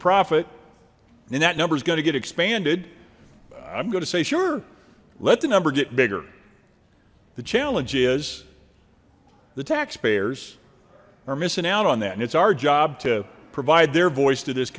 profit and that number is going to get expanded i'm going to say sure let the number get bigger the challenge is the taxpayers are missing out on that and it's our job to provide their voice to this